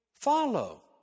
follow